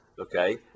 okay